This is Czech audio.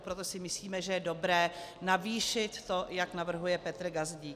Proto si myslíme, že je to dobré navýšit, jak navrhuje Petr Gazdík.